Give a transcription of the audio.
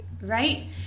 Right